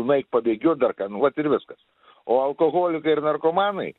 nueik pabėgiok dar ką vat ir viskas o alkoholikai ir narkomanai